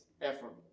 effort